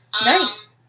Nice